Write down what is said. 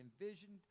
envisioned